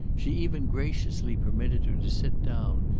she even graciously permitted her to sit down,